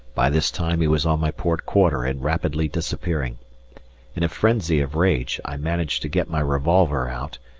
by this time he was on my port quarter and rapidly disappearing in a frenzy of rage i managed to get my revolver out,